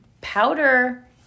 powder